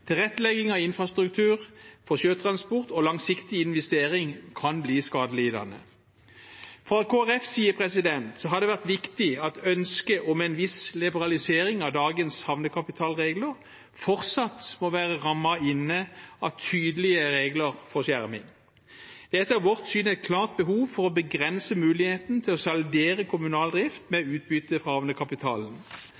tilrettelegging av infrastruktur for sjøtransport og langsiktig investering, kan bli skadelidende. Fra Kristelig Folkepartis side har det vært viktig at ønsket om en viss liberalisering av dagens havnekapitalregler fortsatt må være rammet inne av tydelige regler for skjerming. Det er etter vårt syn et klart behov for å begrense muligheten til å saldere kommunal drift med